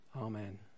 Amen